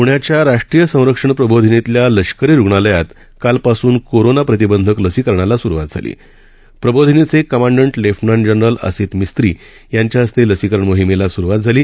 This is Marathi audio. प्ण्याच्याराष्ट्रीयसंरक्षणप्रबोधिनीतल्यालष्करीरुग्णालयातकालपासूनकोरोनाप्रतिबंधकलसीकरणालासुरुवा प्रबोधिनीचेकमांडंटलेफ्टनंटजनरलअसितमिस्त्रीयांच्याहस्तेलसीकरणमोहिमेलास्रुवातझाली